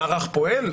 המערך פועל,